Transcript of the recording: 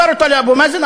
מסר אותה לאבו מאזן,